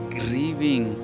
grieving